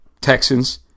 Texans